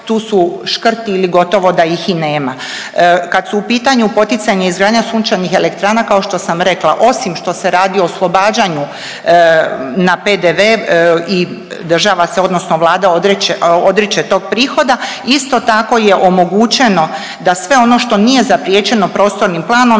tu su škrti ili gotovo da ih i nema. Kad su u pitanju poticanje i izgradnja sunčanih elektrana, kao što sam rekla, osim što se radi o oslobađanju na PDV i država se odnosno Vlada odriče tog prihoda, isto tako je omogućeno da sve ono što nije zapriječeno prostornim planom,